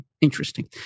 interesting